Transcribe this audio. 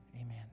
amen